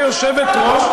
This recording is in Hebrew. הייתה יושבת-ראש